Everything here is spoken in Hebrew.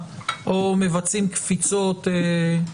בהודעה ברשומות,